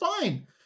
fine